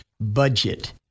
budget